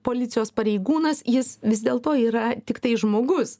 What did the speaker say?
policijos pareigūnas jis vis dėl to yra tiktai žmogus